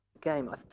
game